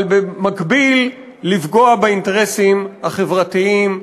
אבל במקביל לפגוע באינטרסים החברתיים,